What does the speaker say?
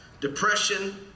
Depression